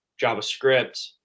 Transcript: JavaScript